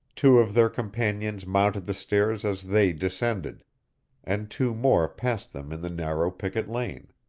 two of their companions mounted the stairs as they descended and two more passed them in the narrow picket lane.